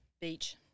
Beach